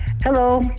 Hello